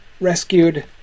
Rescued